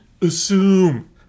assume